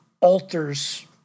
alters